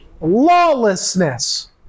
lawlessness